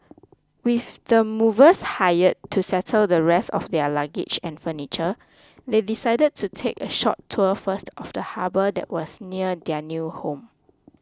with the movers hired to settle the rest of their luggage and furniture they decided to take a short tour first of the harbour that was near their new home